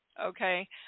okay